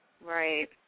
Right